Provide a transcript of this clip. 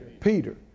Peter